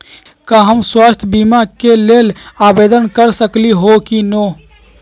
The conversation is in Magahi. का हम स्वास्थ्य बीमा के लेल आवेदन कर सकली ह की न?